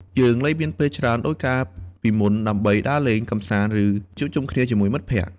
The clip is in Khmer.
យើងលែងមានពេលច្រើនដូចកាលពីមុនដើម្បីដើរលេង កម្សាន្ត ឬជួបជុំគ្នាជាមួយមិត្តភក្តិ។